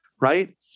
right